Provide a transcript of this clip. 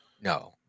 No